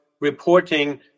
reporting